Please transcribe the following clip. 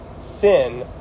sin